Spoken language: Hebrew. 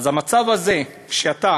אז המצב הזה, שאתה